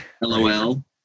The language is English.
LOL